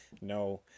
no